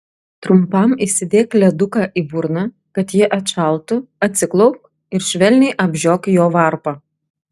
trumpam įsidėk leduką į burną kad ji atšaltų atsiklaupk ir švelniai apžiok jo varpą